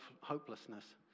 hopelessness